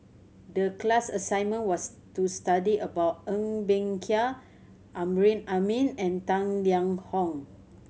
the class assignment was to study about Ng Bee Kia Amrin Amin and Tang Liang Hong